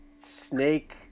snake